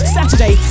Saturday